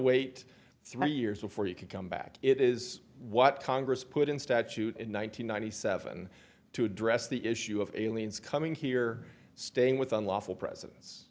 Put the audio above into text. wait three years before you can come back it is what congress put in statute in one thousand nine hundred seven to address the issue of aliens coming here staying with unlawful presence